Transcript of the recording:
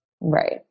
Right